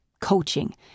coaching